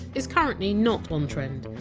is currently not on trend,